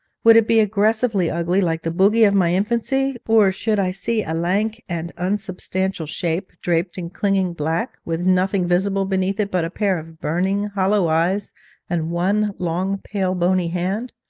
would it be aggressively ugly, like the bogie of my infancy, or should i see a lank and unsubstantial shape, draped in clinging black, with nothing visible beneath it but pair of burning hollow eyes and one long pale bony hand?